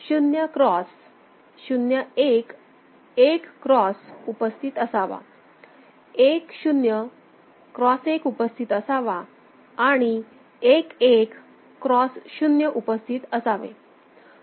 0 cross 0 1 1 cross उपस्थित असावा 1 0 cross 1 उपस्थित असावा आणि 1 1 क्रॉस 0 उपस्थित असावे